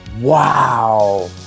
wow